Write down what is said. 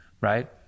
right